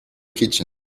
kitchen